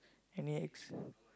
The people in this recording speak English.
any ex~